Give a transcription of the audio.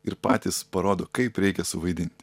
ir patys parodo kaip reikia suvaidinti